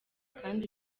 kandi